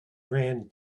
ran